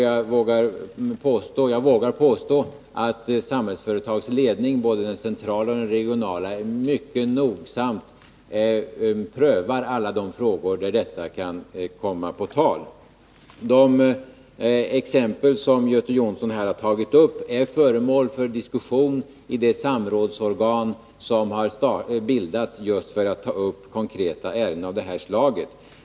Jag vågar påstå att Samhällsföretags ledning, både den centrala och den regionala, mycket nogsamt prövar alla de frågor där detta kan komma på tal. De exempel som Göte Jonsson har tagit upp är föremål för diskussion i de samrådsorgan som har bildats just för att ta upp konkreta ärenden av det här slaget.